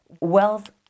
Wealth